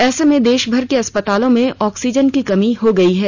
ऐसे में देशभर के अस्पतालों में ऑक्सीजन की कमी हो गई है